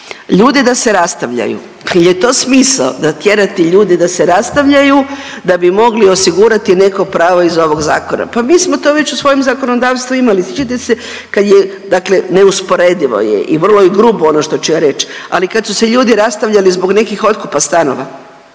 ljude da se rastavljaju. Pa jel' je to smisao da tjerate ljude da se rastavljaju da bi mogli osigurati neko pravo iz ovog zakona. Pa mi smo to već u svojem zakonodavstvu imali. Sjećate se kad je, dakle neusporedivo je i vrlo je grubo ono što ću ja reći, ali kad su se ljudi rastavljali zbog nekih otkupa stanova,